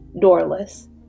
doorless